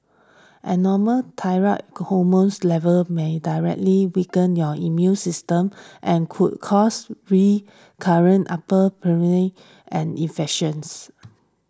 abnormal thyroid hormones levels may directly weaken your immune system and could cause recurrent upper and infections